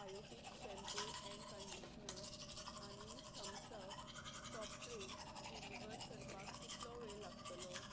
Biotique shampoo and conditioner आनी Thums Up soft drink deliver करपाक कितलो वेळ लागतलो